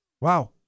Wow